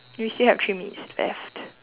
we still have three minutes left